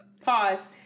Pause